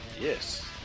Yes